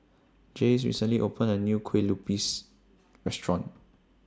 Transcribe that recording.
Jace recently opened A New Kue Lupis Restaurant